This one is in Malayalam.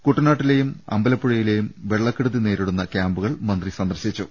കുട്ട നാട്ടിലെയും അമ്പലപ്പുഴയിലെയും വെള്ളക്കെടുതി നേരി ടുന്ന കൃാമ്പുകൾ മന്ത്രി സന്ദർശിച്ചു